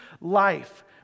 life